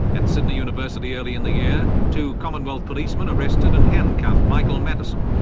at sydney university early in the year, two commonwealth policemen arrested and handcuffed michael matteson,